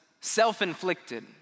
self-inflicted